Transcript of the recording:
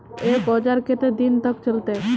एक औजार केते दिन तक चलते?